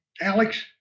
Alex